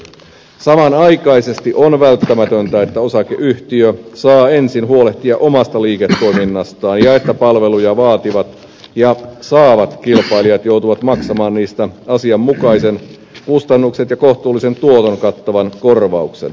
samanaikaisesti on välttämätöntä että osakeyhtiö saa ensin huolehtia omasta liiketoiminnastaan ja että palveluja vaativat ja saavat kilpailijat joutuvat maksamaan niistä kustannukset ja kohtuullisen tuoton kattavan asianmukaisen korvauksen